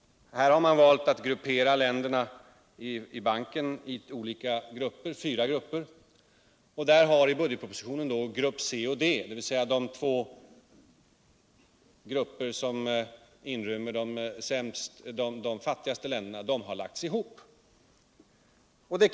Utskottet har valt att föra samman länderna i banken i fyra olika grupper. I budgetpropositionen har grupperna C och D, dvs. de grupper som inrymmer de fattigaste länderna, lagts ihop till en.